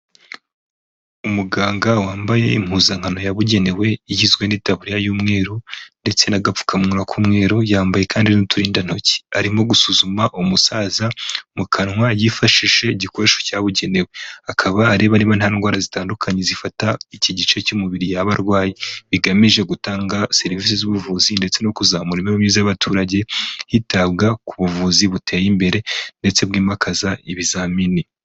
Umuganga wambaye impuzankano yabugenewe igizwe n'itaburiya y'umweru ndetse n'agapfukamuwa k'umweru yambaye kandi n'uturindantoki, arimo gusuzuma umusaza mu kanwa yifashishije igikoresho cyabugenewe. Akaba arimo areba ko nta ndwara zitandukanye zifata iki gice cy'umubiri yaba arwaye bigamije gutanga serivisi z'ubuvuzi ndetse no kuzamura imibereho myiza y'abaturage hitabwa ku buvuzi buteye imbere ndetse bwimakaza ibizamini.